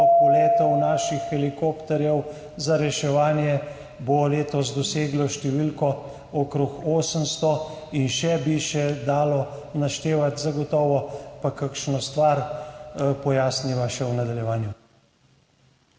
poletov naših helikopterjev za reševanje bo letos doseglo številko okrog 800 in še bi se dalo naštevati. Zagotovo pa kakšno stvar pojasniva še v nadaljevanju.